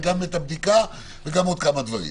גם את הבדיקה וגם עוד כמה דברים.